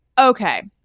okay